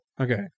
Okay